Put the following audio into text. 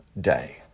day